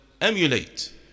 emulate